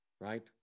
Right